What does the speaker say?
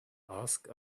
ask